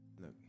Look